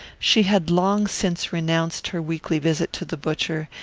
she had long since renounced her weekly visit to the butcher,